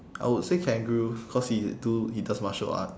I would say kangaroo cause he do he does martial art